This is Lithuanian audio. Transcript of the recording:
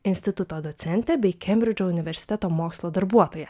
instituto docentė bei kembridžo universiteto mokslo darbuotoja